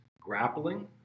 grappling